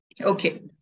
Okay